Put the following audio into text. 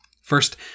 First